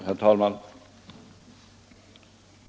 Herr talman!